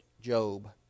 Job